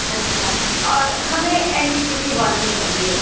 अच्छा और हमें N T P C hall में चाहिए